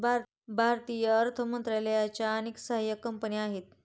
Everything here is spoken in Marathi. भारतीय अर्थ मंत्रालयाच्या अनेक सहाय्यक कंपन्या आहेत